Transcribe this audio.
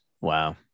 Wow